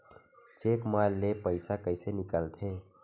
Cheque म ले पईसा कइसे निकलथे?